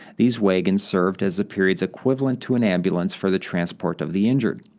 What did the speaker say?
these wagons served as the period's equivalent to an ambulance for the transport of the injured.